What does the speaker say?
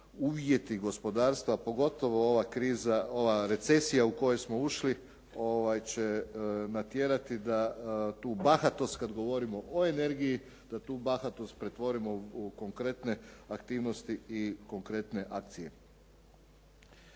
uvjeti gospodarstvo, pogotovo ova kriza, ova recesija u koju smo ušli će natjerati da tu bahatost kad govorimo o energiji, da tu bahatost pretvorimo u konkretne aktivnosti i konkretne akcije.